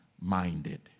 Minded